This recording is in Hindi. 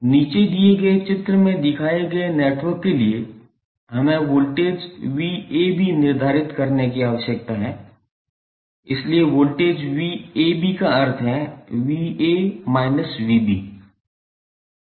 नीचे दिए गए चित्र में दिखाए गए नेटवर्क के लिए हमें वोल्टेज VAB निर्धारित करने की आवश्यकता है इसलिए वोल्टेज VAB का अर्थ है VA VB